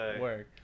work